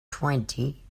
twenty